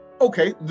Okay